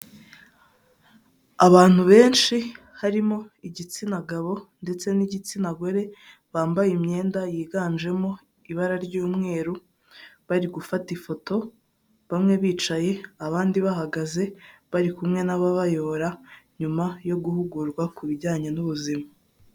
Abantu benshi harimo igitsina gabo ndetse n'igitsina gore bambaye imyenda yiganjemo ibara ry'umweru, bari gufata ifoto bamwe bicaye abandi bahagaze bari kumwe n'ababayobora nyuma yo guhugurwa ku bijyanye n'ubuzima.